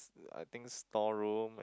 I think store room